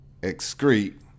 excrete